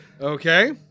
Okay